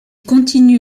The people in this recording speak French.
continue